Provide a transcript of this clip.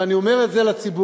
ואני אומר את זה לציבור: